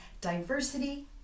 diversity